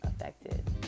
affected